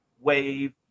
wave